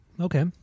Okay